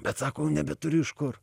bet sako jau nebeturiu iš kur